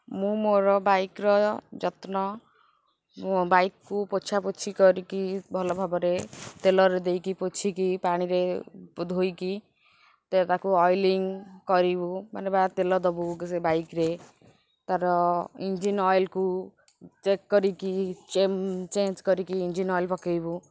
ମୁଁ ମୋର ବାଇକ୍ର ଯତ୍ନ ବାଇକ୍କୁ ପୋଛା ପୋଛି କରିକି ଭଲ ଭାବରେ ତେଲରେ ଦେଇକି ପୋଛିକି ପାଣିରେ ଧୋଇକି ତ ତାକୁ ଅଏଲିଂ କରିବୁ ମାନେ ବା ତେଲ ଦେବୁ ସେ ବାଇକ୍ରେ ତା'ର ଇଞ୍ଜିନ୍ ଅଏଲ୍କୁ ଚେକ୍ କରିକି ଚେଞ୍ଜ୍ କରିକି ଇଞ୍ଜିନ୍ ଅଏଲ୍ ପକାଇବୁ